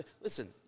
Listen